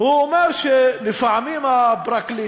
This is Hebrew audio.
הוא אומר, למשל, שלפעמים הפרקליטות